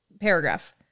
paragraph